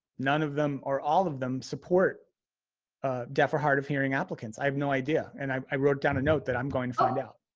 none of them, or all of them support deaf or hard of hearing applicants. i have no idea and i wrote down a note that i'm going to find out.